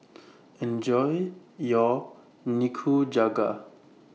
Enjoy your Nikujaga